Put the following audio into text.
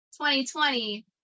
2020